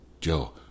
Joe